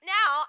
now